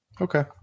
okay